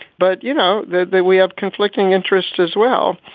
but you know that that we have conflicting interests as well.